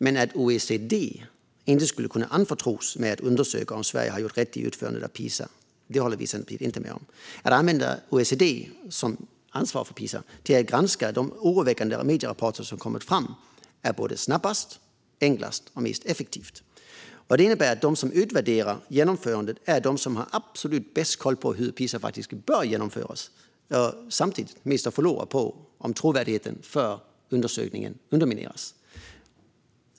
Att OECD inte skulle kunna anförtros att undersöka om Sverige har gjort rätt i utförandet av PISA håller vi i Centerpartiet dock inte med om. Att använda OECD, som ansvarar för PISA, till att granska de oroväckande medierapporter som har kommit fram är både snabbast, enklast och mest effektivt. Det innebär att de som utvärderar genomförandet är de som har absolut bäst koll på hur PISA faktiskt bör genomföras och samtidigt har mest att förlora på om undersökningens trovärdighet undermineras.